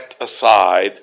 aside